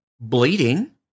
bleeding